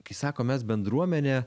kai sako mes bendruomenė